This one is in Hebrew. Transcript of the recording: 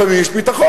לפעמים יש ביטחון.